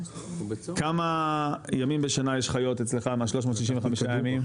כמה ימים בשנה יש חיות אצלך מה-365 ימים?